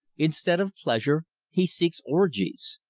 instead of pleasure, he seeks orgies.